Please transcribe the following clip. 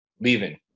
leaving